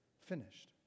finished